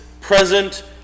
present